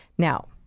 Now